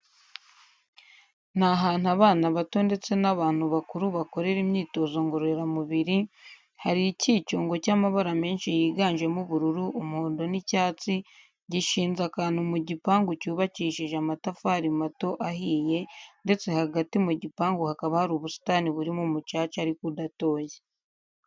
Ni ahantu abana bato ndetse n'abantu bakuru bakorera imyitozo ngororamubiri, hari icyicungo cy'amabara menshi yiganjemo ubururu, umuhondo n'icyatsi, gishinze akantu mu gipangu cyubakishije amatafari mato ahiye ndetse hagati mu gipangu hakaba hari ubusitani burimo umucaca ariko udatoshye.